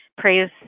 praise